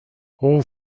all